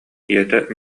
ийэтэ